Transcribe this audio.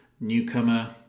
newcomer